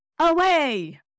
away